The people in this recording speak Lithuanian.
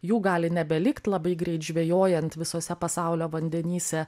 jų gali nebelikt labai greit žvejojant visuose pasaulio vandenyse